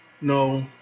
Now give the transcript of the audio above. no